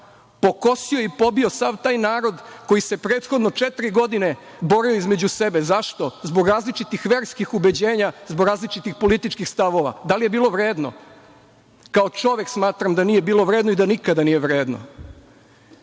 Pokosio je i pobio sam taj narod koji se prethodno četiri godine borio između sebe. Zašto? Zbog različitih verskih ubeđenja, zbog različitih političkih stavova. Da li je bilo vredno? Kao čovek smatram da nije bilo vredno i da nikada nije vredno.